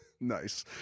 Nice